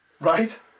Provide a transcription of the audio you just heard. Right